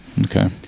Okay